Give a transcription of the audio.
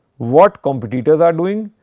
what competitors are doing,